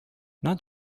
not